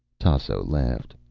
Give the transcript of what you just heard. tasso laughed.